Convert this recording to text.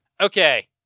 Okay